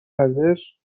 ازش